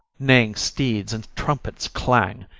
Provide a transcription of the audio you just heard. neighing steeds, and trumpets' clang?